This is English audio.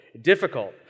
difficult